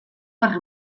per